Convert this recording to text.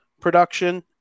production